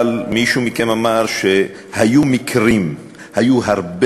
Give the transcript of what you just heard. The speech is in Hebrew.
אבל מישהו מכם אמר ש"היו מקרים" היו הרבה